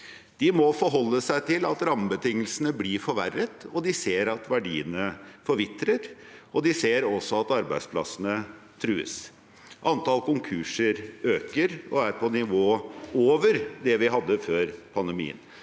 De må forholde seg til at rammebetingelsene bli forverret, de ser at verdiene forvitrer, og de ser også at arbeidsplassene trues. Antall konkurser øker og er på et nivå over det vi hadde før pandemien.